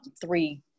three